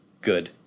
Good